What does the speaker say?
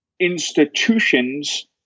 institutions